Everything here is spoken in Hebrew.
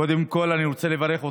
קודם כול, אני רוצה לברך אותך.